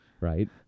Right